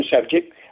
subject